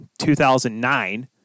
2009